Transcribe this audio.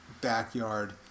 backyard